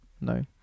No